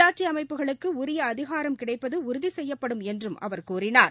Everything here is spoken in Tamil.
உள்ளாட்சி அமைப்புகளுக்கு உரிய அதிகாரம் கிடைப்பது உறுதி செய்யப்படும் என்றும் அவர் கூறினார்